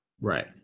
Right